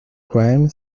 crime